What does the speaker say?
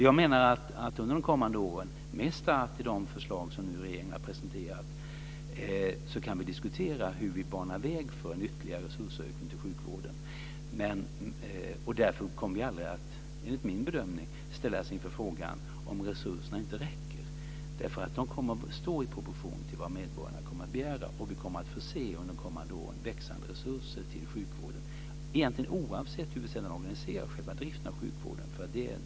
Jag menar att under de kommande åren med start i de förslag som regeringen nu har presenterat kan vi diskutera hur vi banar väg för en ytterligare resursökning till sjukvården. Därför kommer vi enligt min bedömning aldrig att ställas inför frågan om vad som händer om resurserna inte räcker. De kommer att stå i proportion till vad medborgarna kommer att begära. Vi kommer under de kommande åren att få se växande resurser till sjukvården egentligen oavsett hur vi sedan organiserar själva driften av sjukvården.